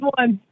one